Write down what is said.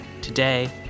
today